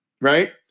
right